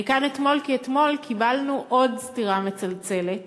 אני כאן כי אתמול קיבלנו עוד סטירה מצלצלת,